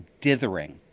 dithering